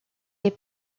les